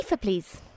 please